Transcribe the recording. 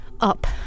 Up